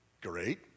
great